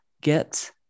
get